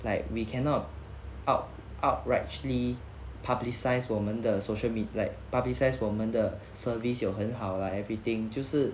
like we cannot up up outrightly publicised 我们的 social meet like publicised 我们的 service 有很好 lah everything 就是